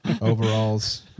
Overalls